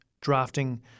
drafting